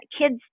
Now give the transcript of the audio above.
Kids